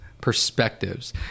perspectives